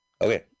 Okay